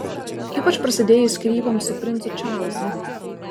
ypač prasidėjus skyryboms su princu čarlzu